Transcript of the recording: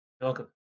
Welcome